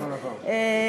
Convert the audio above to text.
הזמן עבר.